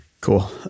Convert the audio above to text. Cool